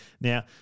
Now